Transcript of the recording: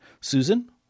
Susan